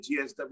GSW